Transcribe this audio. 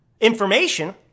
information